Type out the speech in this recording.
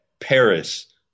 Paris